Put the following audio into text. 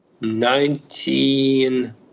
nineteen